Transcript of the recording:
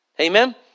Amen